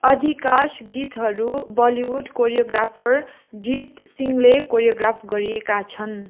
अधिकांश गीतहरू Bollywood choreographer Jeet सिंहले कोरियोग्राफी गरेका छन्